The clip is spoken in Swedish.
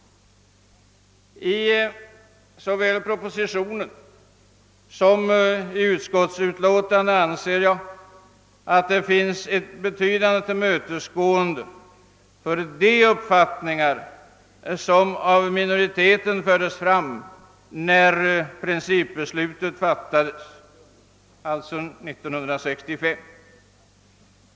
I såväl propositionen som i utskottsutlåtandet visas enligt min mening ett betydande tillmötesgående mot de uppfattningar som av minoriteten fördes fram när principbeslutet fattades 1965.